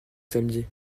samedi